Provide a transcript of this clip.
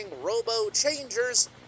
robo-changers